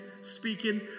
speaking